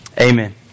Amen